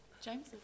James